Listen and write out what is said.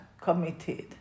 committed